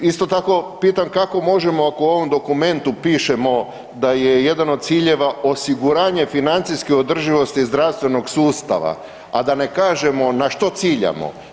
Isto tako pitam kako možemo ako u ovom dokumentu pišemo da je jedan od ciljeva osiguranje financijske održivosti zdravstvenog sustava, a da ne kažemo na što ciljamo.